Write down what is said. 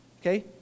okay